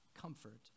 comfort